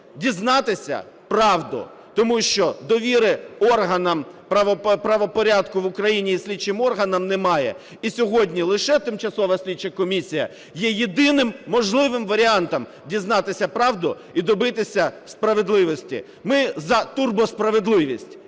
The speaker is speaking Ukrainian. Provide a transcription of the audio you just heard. дізнатися правду, тому що довіри органам правопорядку в Україні і слідчим органам немає. І сьогодні лише тимчасова слідча комісія є єдиним можливим варіантом дізнатися правду і добитися справедливості. Ми за турбосправедливість,